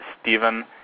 Stephen